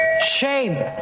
Shame